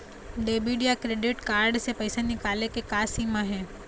Debit या credit card से पैसा निकाले के का सीमा हे?